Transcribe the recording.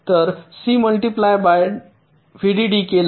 तर C multiplied by VDD केला